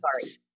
sorry